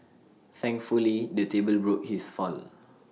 thankfully the table broke his fall